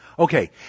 Okay